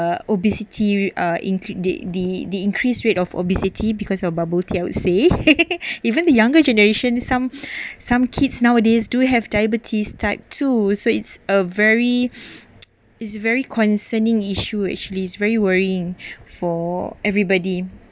uh obesity are included the the increased rates of obesity because of bubble tea I would say even the younger generation some some kids nowadays do have diabetes type two so it's a very is very concerning issue actually is very worrying for everybody